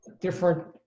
different